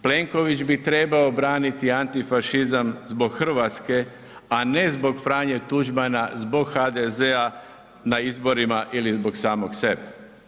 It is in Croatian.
Plenković bi trebao braniti antifašizam zbog RH, a ne zbog Franje Tuđmana, zbog HDZ-a, na izborima ili zbog samog sebe.